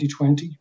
2020